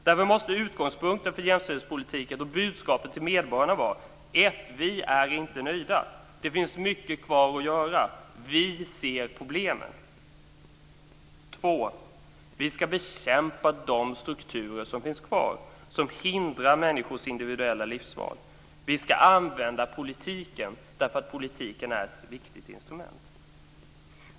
Därför måste utgångspunkten för jämställdhetspolitiken och budskapet till medborgarna vara: 1. Vi är inte nöjda. Det finns mycket kvar att göra. Vi ser problemen. 2. Vi ska bekämpa de strukturer som finns kvar och som hindrar människors individuella livsval. Vi ska använda politiken därför att politiken är ett viktigt instrument.